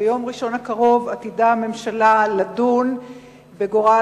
ביום ראשון הקרוב עתידה הממשלה לדון בגורל